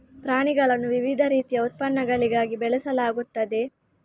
ಪ್ರಾಣಿಗಳನ್ನು ವಿವಿಧ ರೀತಿಯ ಉತ್ಪನ್ನಗಳಿಗಾಗಿ ಬೆಳೆಸಲಾಗುತ್ತದೆ